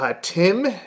Tim